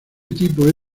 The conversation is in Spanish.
tipo